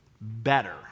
better